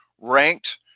ranked